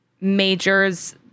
majors